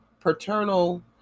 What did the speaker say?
paternal